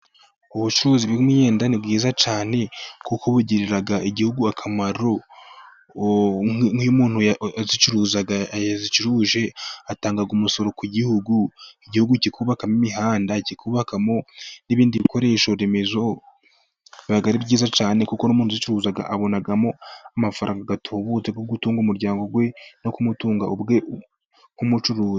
Ubucuruzi bw'imyenda ni bwiza cyane, kuko bugirira igihugu akamaro, nk'iyo umuntu uzicuruza yazicuruje, atanga umusoro ku gihugu, igihugu kikubakamo imihanda, kikubakamo n'ibindi bikoresho remezo biba ari byiza cyane, kuko n'umuntu uzicuruza, abonamo amafaranga atubutse, yogutunga umuryango we no kumutunga nk'umucuruzi.